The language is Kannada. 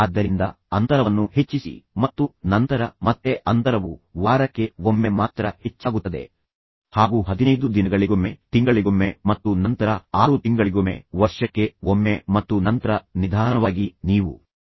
ಆದ್ದರಿಂದ ಅಂತರವನ್ನು ಹೆಚ್ಚಿಸಿ ಮತ್ತು ನಂತರ ಮತ್ತೆ ಅಂತರವು ವಾರಕ್ಕೆ ಒಮ್ಮೆ ಮಾತ್ರ ಹೆಚ್ಚಾಗುತ್ತದೆ ಹಾಗು 15 ದಿನಗಳಿಗೊಮ್ಮೆ ತಿಂಗಳಿಗೊಮ್ಮೆ ಮತ್ತು ನಂತರ 6 ತಿಂಗಳಿಗೊಮ್ಮೆ ವರ್ಷಕ್ಕೆ ಒಮ್ಮೆ ಮತ್ತು ನಂತರ ನಿಧಾನವಾಗಿ ನೀವು ಅದನ್ನು ಸಂಪೂರ್ಣವಾಗಿ ನಿಲ್ಲಿಸಬಹುದು ಎಂಬುದನ್ನು ಅರಿತುಕೊಳ್ಳಿ